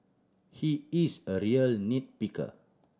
he is a real nit picker